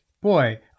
boy